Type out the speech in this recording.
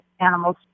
animals